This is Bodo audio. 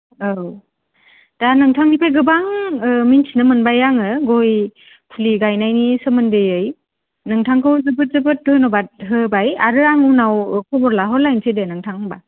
औ दा नोंथांनिफ्राय गोबां ओ मिनथिनो मोनबाय आङो गय फुलि गायनायनि सोमोन्दैयै नोंथांखौ जोबोद जोबोद धन्य'बाद होबाय आरो आं उनाव खबर लाहरलायनोसै दे नोंथां होमबा